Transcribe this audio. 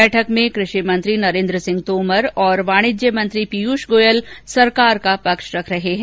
बैठक में कृषि मंत्री नरेन्द्र सिंह तोमर और वाणिज्य मंत्री पीयूष गोयल सरकार का पक्ष रख रहे हैं